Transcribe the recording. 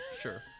Sure